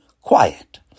quiet